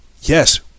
yes